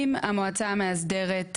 אם המועצה המאסדרת,